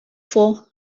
for